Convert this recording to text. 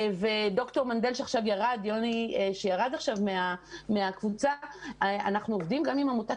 וד"ר מנדל שעכשיו דיבר אנחנו עובדים גם עם עמותת